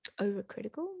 overcritical